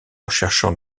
cherchant